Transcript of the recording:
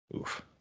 Oof